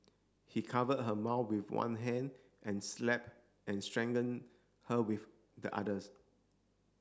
he covered her mouth with one hand and slapped and strangled her with the others